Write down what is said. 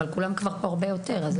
אבל כולם כבר פה הרבה יותר.